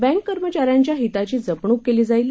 bank कर्मचाऱ्यांच्या हिताची जपणूक केली जाईल